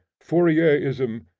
fourierism,